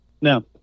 Now